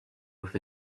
with